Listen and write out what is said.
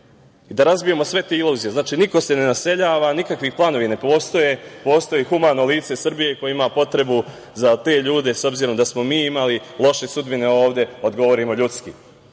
da razbijemo sve te iluzije, znači, niko se ne naseljava, nikakvi planovi ne postoje. Postoji humano lice Srbije koje ima potrebu za te ljude, s obzirom da smo mi imali loše sudbine ovde, da odgovorimo ljudski.